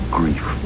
grief